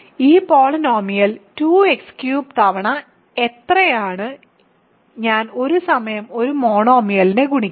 ഈ polynomial 2x3 തവണ എത്രയാണ് ഞാൻ ഒരു സമയം ഒരു മോണോമിയലിനെ ഗുണിക്കും